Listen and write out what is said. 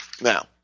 Now